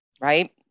right